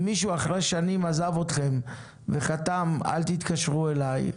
אם מישהו אחרי שנים עזב אתכם וחתם "אל תתקשרו אליי",